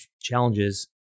challenges